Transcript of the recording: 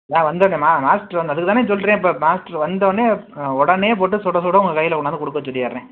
இந்தா வந்துடுறேம்மா மாஸ்ட்ரு வந்து அதுக்கு தானே சொல்கிறேன் இப்போ மாஸ்ட்ரு வந்தோன்னே உடனே போட்டு சுட சுட உங்கள் கையில் கொண்டாந்து கொடுக்க சொல்லிடுறேன்